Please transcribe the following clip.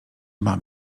mam